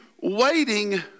waiting